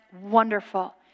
wonderful